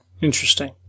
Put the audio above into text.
Interesting